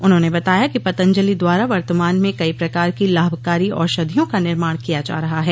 उन्होंने बताया कि पतंजलि द्वारा वर्तमान में कई प्रकार की लाभकारी औषधियों का निर्माण किया जा रहा है